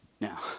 Now